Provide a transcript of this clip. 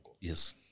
Yes